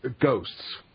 ghosts